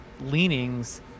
leanings